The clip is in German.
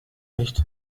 nicht